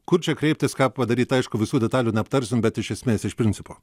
kur čia kreiptis ką padaryt aišku visų detalių neaptarsim bet iš esmės iš principo